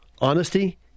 Honesty